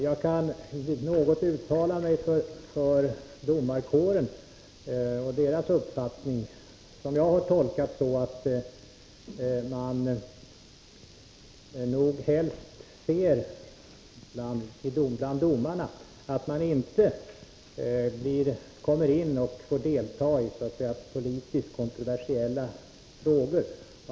Jag kan något uttala mig om domarkårens uppfattning, som jag har tolkat så att domarna helst ser att de inte behöver delta i politiskt kontroversiella frågor.